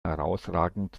herausragend